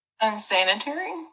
unsanitary